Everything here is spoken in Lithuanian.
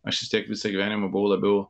aš vis tiek visą gyvenimą buvau labiau